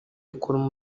rikora